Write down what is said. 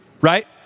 right